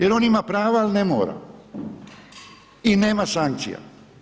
Jer on ima prava ali ne mora i nema sankcija.